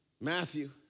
Matthew